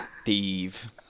Steve